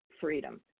freedom